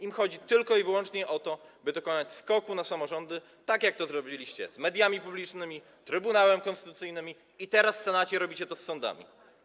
Im chodzi tylko i wyłącznie o to, by dokonać skoku na samorządy, tak jak to zrobiliście z mediami publicznymi, Trybunałem Konstytucyjnym i teraz w Senacie robicie to z sądami.